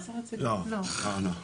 לא, לא.